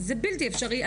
זה בלתי אפשרי.